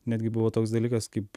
netgi buvo toks dalykas kaip